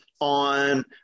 on